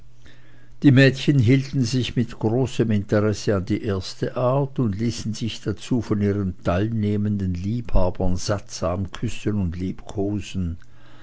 die mädchen hielten sich mit großem interesse an die erste art und ließen sich dazu von ihren teilnehmenden liebhabern sattsam küssen und liebkosen